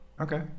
okay